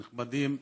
נכבדים,